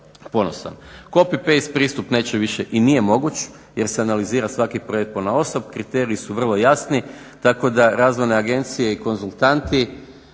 ponosan. Copy-paste pristup neće više i nije moguć jer se analizira svaki projekt ponaosob. Kriteriji su vrlo jasni tako da razvojne agencije i konzultanti